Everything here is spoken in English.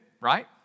right